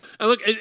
Look